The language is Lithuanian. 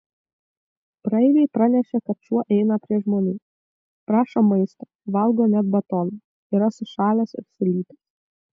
praeiviai pranešė kad šuo eina prie žmonių prašo maisto valgo net batoną yra sušalęs ir sulytas